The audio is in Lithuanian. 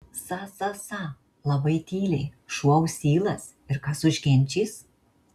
sa sa sa labai tyliai šuo ausylas ir kas užginčys